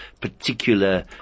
particular